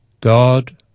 God